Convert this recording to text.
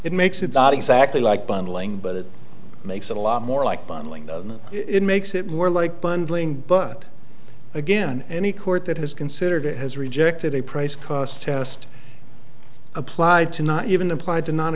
it makes it's not exactly like bundling but it makes it a lot more like bottling the it makes it more like bundling but again any court that has considered it has rejected a price cost test applied to not even applied to non